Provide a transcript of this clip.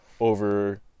Over